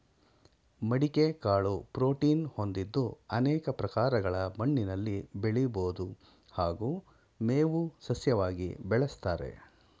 ಮಡಿಕೆ ಕಾಳು ಪ್ರೋಟೀನ್ ಹೊಂದಿದ್ದು ಅನೇಕ ಪ್ರಕಾರಗಳ ಮಣ್ಣಿನಲ್ಲಿ ಬೆಳಿಬೋದು ಹಾಗೂ ಮೇವು ಸಸ್ಯವಾಗಿ ಬೆಳೆಸ್ತಾರೆ